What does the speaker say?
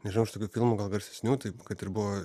nežinau aš tokių filmų gal garsesnių taip kad ir buvo